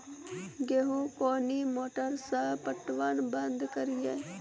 गेहूँ कोनी मोटर से पटवन बंद करिए?